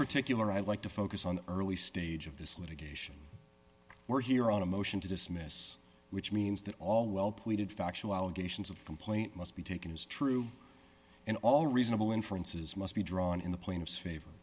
particular i'd like to focus on the early stage of this litigation were here on a motion to dismiss which means that all well we did factual allegations of complaint must be taken as true in all reasonable inferences must be drawn in the plaintiff's favor